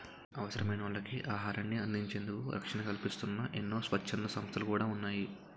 అవసరమైనోళ్ళకి ఆహారాన్ని అందించేందుకు రక్షణ కల్పిస్తూన్న ఎన్నో స్వచ్ఛంద సంస్థలు కూడా ఉన్నాయి